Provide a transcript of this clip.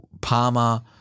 Palmer